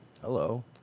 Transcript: Hello